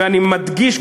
ואני מדגיש,